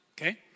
Okay